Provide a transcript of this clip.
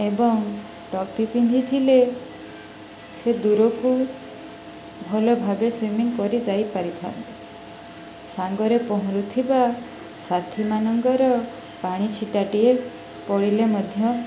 ଏବଂ ଟୋପି ପିନ୍ଧିଥିଲେ ସେ ଦୂରକୁ ଭଲ ଭାବେ ସୁଇମିଂ କରି ଯାଇପାରିଥାନ୍ତି ସାଙ୍ଗରେ ପହଁରୁଥିବା ସାଥିୀମାନଙ୍କର ପାଣି ଛିଟାଟିଏ ପଡ଼ିଲେ ମଧ୍ୟ